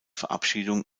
verabschiedung